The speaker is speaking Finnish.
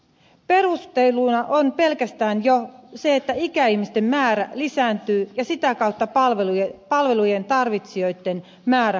perusteluna on pelkästään jo se että ikäihmisten määrä lisääntyy ja sitä kautta palvelujen tarvitsijoitten määrä kasvaa